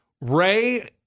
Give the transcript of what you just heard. Ray